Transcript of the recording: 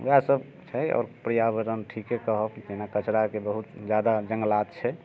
ओएह सब छै आओर पर्यावरण ठीके कहब जेना कचराके बहुत जादा जङ्गलात छै